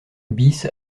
bis